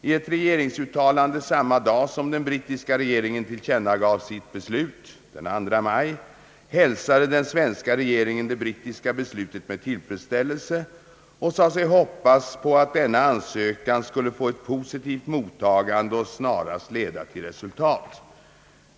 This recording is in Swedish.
I ett regeringsuttalande samma dag som den brittiska regeringen tillkännagav sitt beslut — den 2 maj — hälsade den svenska regeringen det brittiska beslutet med tillfredsställelse och sade sig hoppas på att denna ansökan skulle få ett positivt mottagande och snarast leda till resultat.